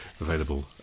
available